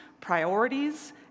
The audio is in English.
priorities